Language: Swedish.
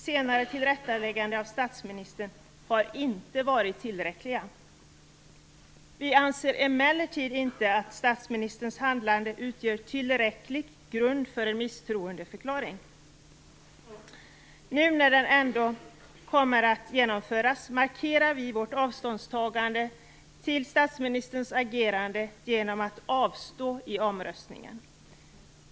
Senare tillrättalägganden av statsministern har inte varit tillräckliga. Vi anser emellertid inte att statsministerns handlande utgör tillräcklig grund för en misstroendeomröstning. Nu när den ändå kommer att genomföras markerar vi vårt avståndstagande till statsministerns agerande genom att avstå i omröstningen.